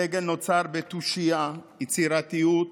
הדגל נוצר בתושייה, ביצירתיות,